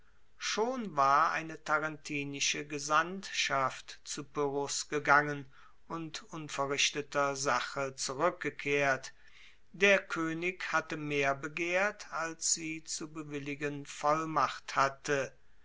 schon war eine tarentinische gesandtschaft zu pyrrhos gegangen und unverrichteter sache zurueckgekehrt der koenig hatte mehr begehrt als sie zu bewilligen vollmacht hatte